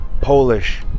Polish